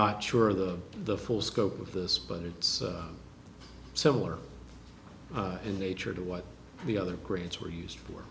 not sure the the full scope of this but it's similar in nature to what the other grants were used for